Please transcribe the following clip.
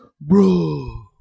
Bro